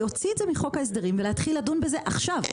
להוציא את זה מחוק ההסדרים ולהתחיל לדון בזה עכשיו?